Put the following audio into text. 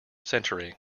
century